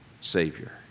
Savior